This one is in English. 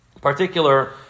particular